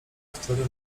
który